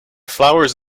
flowers